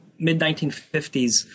mid-1950s